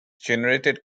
generated